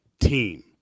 team